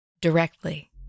directly